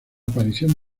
aparición